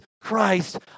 Christ